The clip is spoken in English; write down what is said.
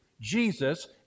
Jesus